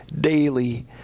daily